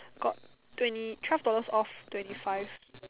got twenty twelve dollars off twenty five